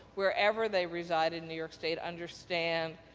wherever they reside in new york state understand,